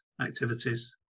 activities